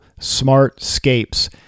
Smartscapes